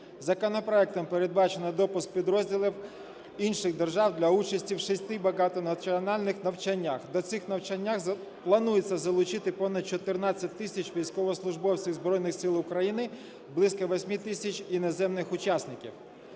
Законопроектом передбачено допуск підрозділів інших держав для участі в шести багатонаціональних навчаннях. До цих навчань планується залучити понад 14 тисяч військовослужбовців Збройних Сил України, близько 8 тисяч іноземних учасників.